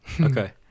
Okay